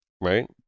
right